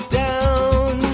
down